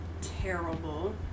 terrible